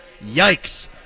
Yikes